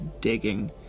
digging